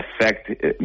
affect